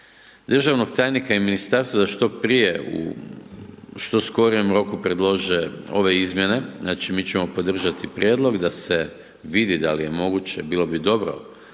državnog tajnika i ministarstvo da što prije u što skorijem roku predlože ove izmjene, znači mi ćemo podržati prijedlog da se vidi da li je moguće, bilo bi dobro